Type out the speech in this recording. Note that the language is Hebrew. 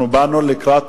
אנחנו באנו לקראת הסיכומים,